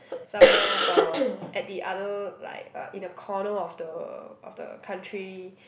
somewhere uh at the other like uh in a corner of the of the country